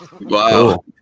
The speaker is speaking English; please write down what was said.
Wow